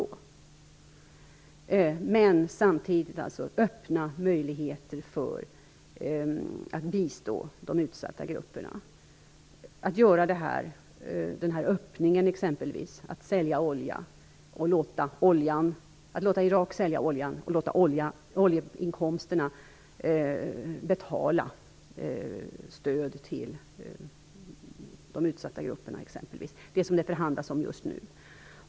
Men samtidigt handlar det om att öppna möjligheter för att bistå de utsatta grupperna. Exempelvis kan man låta Irak sälja olja. Sedan får oljeinkomsterna betala stöd till utsatta grupper exempelvis - vilket det förhandlas om just nu.